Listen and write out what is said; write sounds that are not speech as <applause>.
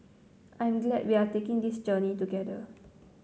I'm glad we are taking this journey together <noise>